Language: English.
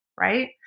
right